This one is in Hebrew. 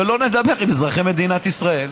שלא נדבר עם אזרחי מדינת ישראל.